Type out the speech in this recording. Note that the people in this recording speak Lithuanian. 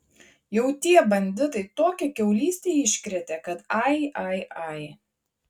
jau tie banditai tokią kiaulystę iškrėtė kad ai ai ai